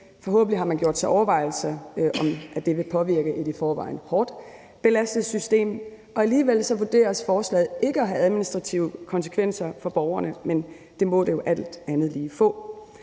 Forhåbentlig har man gjort sig overvejelser om, om det vil påvirke et i forvejen hårdt belastet systemet, og alligevel vurderes forslaget ikke at have administrative konsekvenser for borgerne, men det må det jo alt andet lige få.